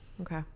Okay